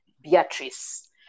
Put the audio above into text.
beatrice